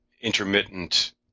intermittent